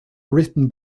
written